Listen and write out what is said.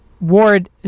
Ward